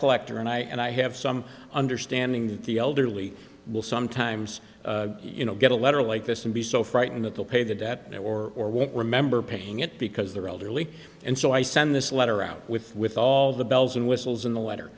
collector and i and i have some understanding that the elderly will sometimes you know get a letter like this and be so frightened that they'll pay the debt or or won't remember paying it because they're old really and so i send this letter out with with all the bells and whistles in the letter